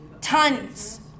Tons